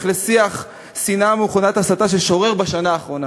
לשיח שנאה והסתה ששורר בשנה האחרונה